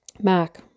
Mac